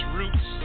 roots